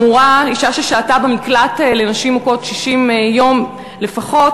אמורה אישה ששהתה במקלט לנשים מוכות 60 יום לפחות,